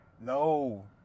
No